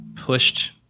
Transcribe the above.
pushed